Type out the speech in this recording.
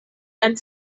and